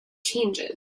changes